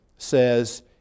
says